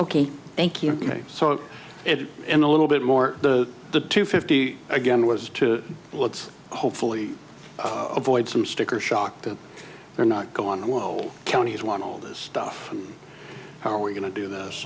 ok thank you so it and a little bit more the the two fifty again was to let's hopefully avoid some sticker shock that they're not gone awol counties want all this stuff how are we going to do this